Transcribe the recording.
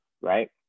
right